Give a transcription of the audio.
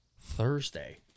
Thursday